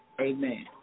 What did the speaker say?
Amen